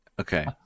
Okay